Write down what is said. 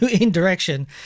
indirection